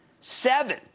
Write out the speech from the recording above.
seven